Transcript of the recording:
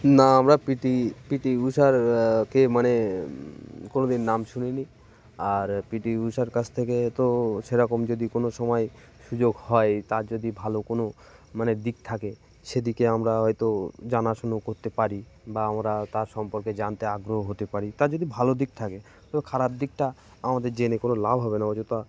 না আমরা P T P T ঊষার কে মানে কোনো দিন নাম শুনিনি আর পি টি ঊষার কাছ থেকে তো সেরকম যদি কোনো সময় সুযোগ হয় তার যদি ভালো কোনো মানে দিক থাকে সেদিকে আমরা হয়তো জানাশুনো করতে পারি বা আমরা তার সম্পর্কে জানতে আগ্রহ হতে পারি তার যদি ভালো দিক থাকে তার খারাপ দিকটা আমাদের জেনে কোনো লাভ হবে না অযধা